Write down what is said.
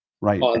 Right